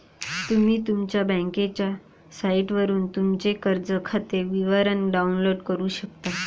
तुम्ही तुमच्या बँकेच्या साइटवरून तुमचे कर्ज खाते विवरण डाउनलोड करू शकता